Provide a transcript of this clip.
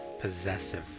possessive